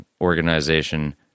organization